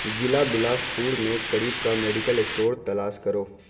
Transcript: ضلع بلاسپور میں قریب کا میڈیکل اسٹور تلاس کرو